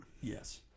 Yes